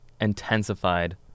intensified